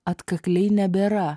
atkakliai nebėra